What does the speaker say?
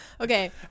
okay